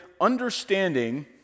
understanding